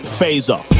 Phaser